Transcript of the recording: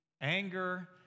anger